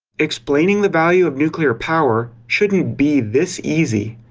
explaining the value of nuclear power shouldn't be this easy.